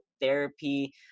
therapy